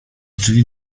drzwi